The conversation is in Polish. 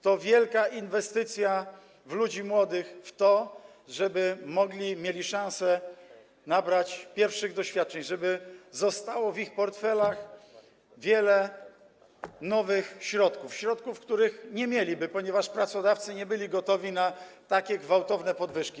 To wielka inwestycja w ludzi młodych, w to, żeby mogli, mieli szansę nabrać pierwszych doświadczeń, żeby zostało w ich portfelach wiele nowych środków, środków, których nie mieliby, ponieważ pracodawcy nie byli gotowi na takie gwałtowne podwyżki.